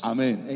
Amen